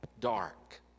dark